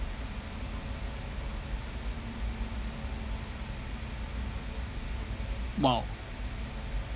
!wow!